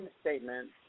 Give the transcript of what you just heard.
statement